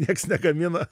niekas negamina